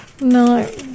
No